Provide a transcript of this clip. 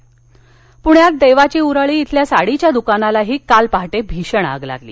आग पुण्यात देवाची उरळी इथल्या साडीच्या दुकानाला काल पहाटे भीषण आग लागली